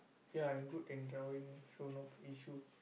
yeah I'm good in drawing so no issue